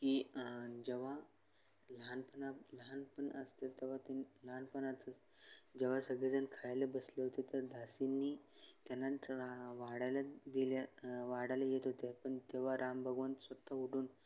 की जेव्हा लहानपणा लहानपण असते तेव्हा ते लहानपणात जेव्हा सगळे जण खायले बसले होते तर दासींनी त्यानंतर वाढायला दिल्या वाढायला येत होते पण तेव्हा राम भगवन स्वत उठून